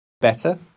better